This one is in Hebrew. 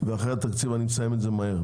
ואחרי התקציב אני אסיים את זה מהר.